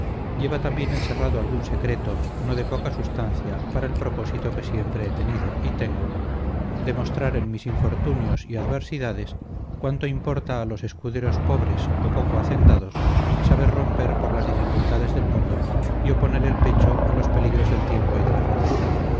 lleva también encerrado algún secreto no de poca sustancia para el propósito que siempre he tenido y tengo de mostrar en mis infortunios y adversidades cuánto importa a los escuderos pobres o poco hacendados saber romper por las dificultades del mundo y oponer el pecho a los peligros del tiempo y de la fortuna